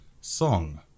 song